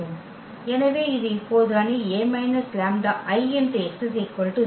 எனவே இது இப்போது அணி A − λIx 0